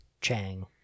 Chang